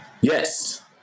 Yes